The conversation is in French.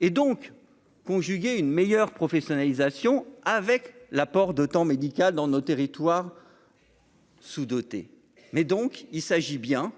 et donc conjugué à une meilleure professionnalisation avec l'apport de temps médical dans nos territoires sous-dotés, mais donc il s'agit bien